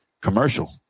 commercial